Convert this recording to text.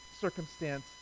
circumstance